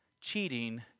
Cheating